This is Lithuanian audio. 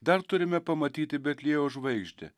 dar turime pamatyti betliejaus žvaigždę